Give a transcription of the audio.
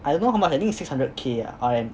I don't know how much I think is six hundred K ah R_M